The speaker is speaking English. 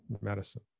medicine